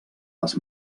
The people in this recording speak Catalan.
les